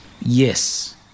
Yes